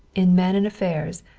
in men and affairs,